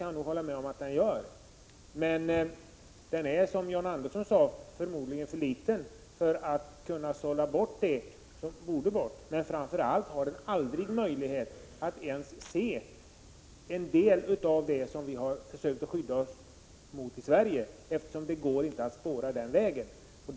Det kan jag hålla med om att den gör, men den är, som John Andersson sade, förmodligen för liten för att kunna sålla bort det som borde bort. Framför allt har den aldrig möjlighet att ens se en del av det som vi har försökt skydda oss mot i Sverige, eftersom det inte går att spåra den vägen.